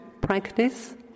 practice